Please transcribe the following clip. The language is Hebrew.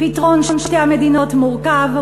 פתרון שתי המדינות מורכב.